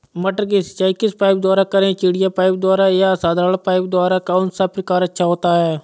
मटर की सिंचाई किस पाइप द्वारा करें चिड़िया पाइप द्वारा या साधारण पाइप द्वारा कौन सा प्रकार अच्छा होता है?